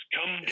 Come